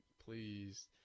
please